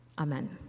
Amen